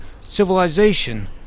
civilization